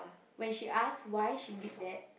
when she asked why she did that